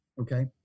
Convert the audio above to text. okay